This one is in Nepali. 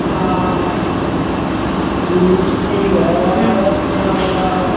मिस्टी भयो त्यहाँबाट